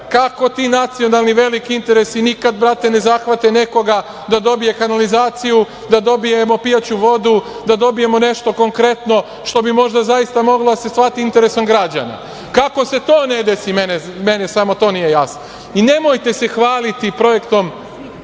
kako ti nacionalni veliki interesi nikad brate ne zahvate nekoga da dobije kanalizaciju, da dobijemo pijaću vodu, da dobijemo nešto konkretno što bi možda zaista moglo da se shvati interesom građana. Kako se to ne desi, meni samo to nije jasno i nemojte se hvaliti projektom